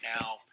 now